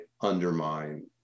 undermine